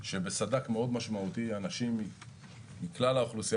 שבסד"כ מאוד משמעותי אנשים מכלל האוכלוסייה